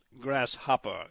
grasshopper